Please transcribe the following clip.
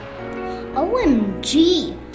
omg